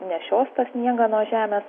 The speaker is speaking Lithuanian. nešios tą sniegą nuo žemės